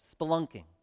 spelunking